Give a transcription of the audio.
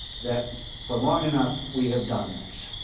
that for long enough we have done this.